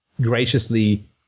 graciously